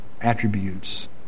attributes